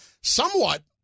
somewhat